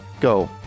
Go